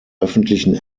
öffentlichen